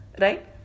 Right